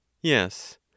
Yes